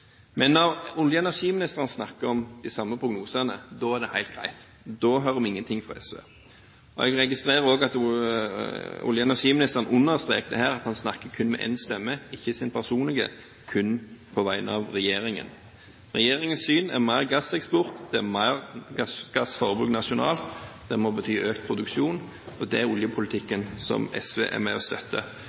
Jeg registrerer også at olje- og energiministeren understreket her at han snakket kun med én stemme – ikke sin personlige, kun på vegne av regjeringen. Regjeringens syn er mer gasseksport, det er mer gassforbruk nasjonalt. Det må bety økt produksjon – og det er oljepolitikken som SV er med